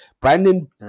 Brandon